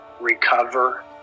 recover